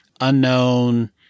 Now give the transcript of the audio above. unknown